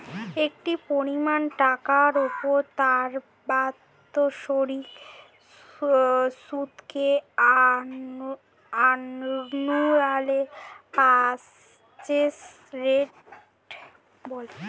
একটি পরিমাণ টাকার উপর তার বাৎসরিক সুদকে অ্যানুয়াল পার্সেন্টেজ রেট বলে